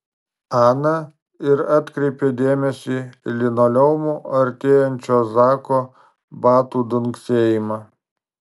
ana ir atkreipė dėmesį į linoleumu artėjančio zako batų dunksėjimą